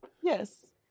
Yes